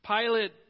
Pilate